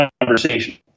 conversation